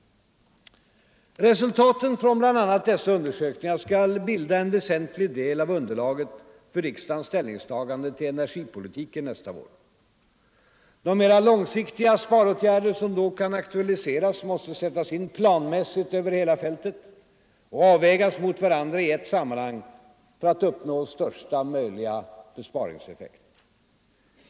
Resultaten från bl.a. dessa undersökningar skall bilda en väsentlig del av underlaget för riksdagens ställningstagande till energipolitiken nästa vår. De mera långsiktiga sparåtgärder som då kan aktualiseras måste sättas in planmässigt över hela fältet och avvägas mot varandra i ett sammanhang så att största möjliga besparingseffekt uppnås.